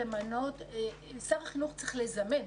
שר החינוך צריך לזמן.